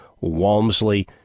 walmsley